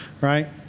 right